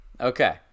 Okay